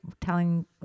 telling